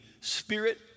spirit